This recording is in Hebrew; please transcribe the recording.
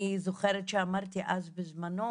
אני זוכרת שאמרתי אז בזמנו